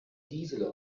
gisela